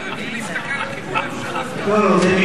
זה מפאת כבודו של הנואם וכבודה של הכנסת.